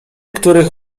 których